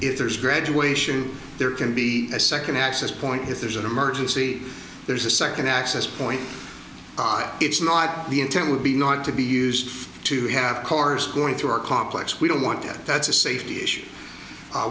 if there's a graduation there can be a second access point if there's an emergency there's a second access point it's not the intent would be not to be used to have cars going through our complex we don't want it that's a safety issue